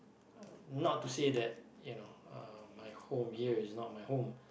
not to say that you know uh my home here is not my home